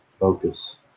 focus